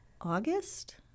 August